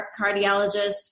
cardiologist